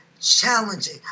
challenging